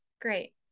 great